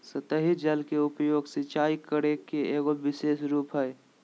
सतही जल के उपयोग, सिंचाई करे के एगो विशेष रूप हइ